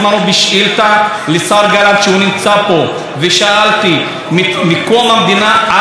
ושאלתי: מקום המדינה עד היום לא שללו את הרישיון של